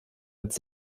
als